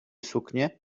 suknie